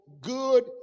good